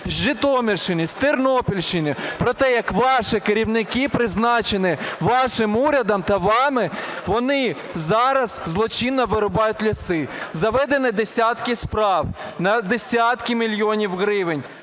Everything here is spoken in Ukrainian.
з Житомирщини, з Тернопільщини про те, як ваші керівники, призначені вашим урядом та вами, вони зараз злочинно вирубають ліси. Заведені десятки справ на десятки мільйонів гривень,